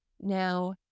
now